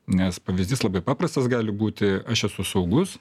nes pavyzdys labai paprastas gali būti aš esu saugus